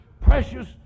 precious